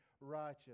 righteous